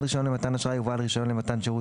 בעל רישיון למתן אשראי ובעל רישיון למתן שירות